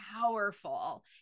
powerful